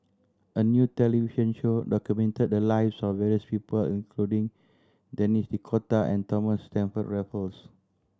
a new television show documented the lives of various people including Denis D'Cotta and Thomas Stamford Raffles